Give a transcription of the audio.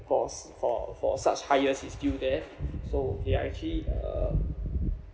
for s~ for for such hires is still there so they are actually uh